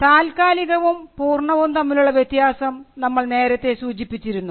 താൽക്കാലികവും പൂർണ്ണവും തമ്മിലുള്ള വ്യത്യാസം നമ്മൾ നേരത്തെ സൂചിപ്പിച്ചിരുന്നു